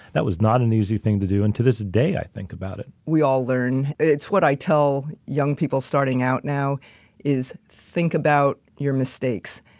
that was not an easy thing to do. and to this day i think about it. we all learn, it's what i tell young people starting out now is think about your mistakes.